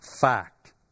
Fact